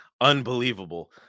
unbelievable